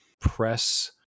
press